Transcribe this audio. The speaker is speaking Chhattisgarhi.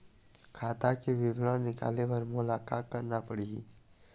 खाता के विवरण निकाले बर मोला का करना पड़ही?